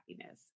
happiness